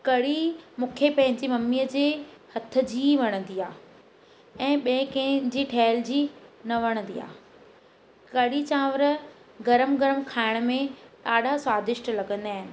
कढ़ी मूंखे पंहिंजी मम्मीअ जे हथ जी वणंदी आहे ऐं ॿिए कंहिंजी ठहियल जी न वणंदी आहे कढ़ी चांवर गरम गरम खाइण में ॾाढा स्वादिष्ट लॻंदा आहिनि